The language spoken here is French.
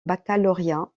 baccalauréat